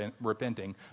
repenting